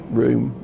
room